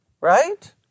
Right